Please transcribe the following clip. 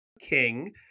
King